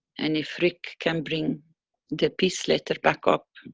and if rick can bring the peace letter back up,